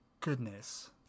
goodness